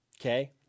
Okay